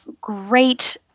great